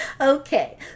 okay